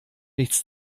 nichts